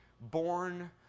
born